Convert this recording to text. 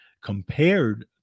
compared